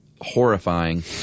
horrifying